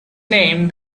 named